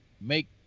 make